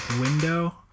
window